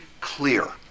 clear